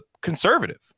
conservative